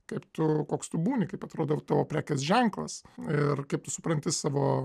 kaip tu koks tu būni kaip atrodo tavo prekės ženklas ir kaip tu supranti savo